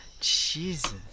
Jesus